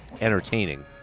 Entertaining